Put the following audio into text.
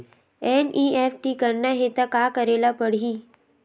NEFT करना हे त का करे ल पड़हि?